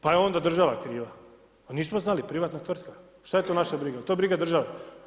Pa je onda država kriva, pa nismo znali, privatna tvrtka, šta je to naša briga, je li to briga države.